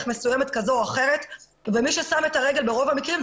מסוימת כזו או אחרת אבל מי שם את הרגל ברוב המקרים,